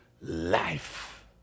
life